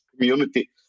community